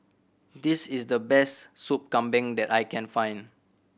this is the best Soup Kambing that I can find